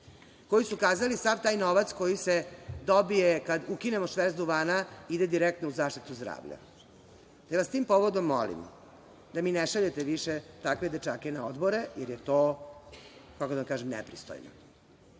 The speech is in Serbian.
koji su kazali – sav taj novac koji se dobije kada ukinemo šverc duvana ide direktno u zaštitu zdravlja. Te, tim povodom vas molim da mi ne šaljete više takve dečake na odbore, jer je to, kako da kažem, nepristojno.